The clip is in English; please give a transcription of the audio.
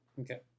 Okay